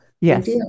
Yes